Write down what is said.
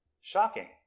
shocking